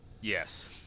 Yes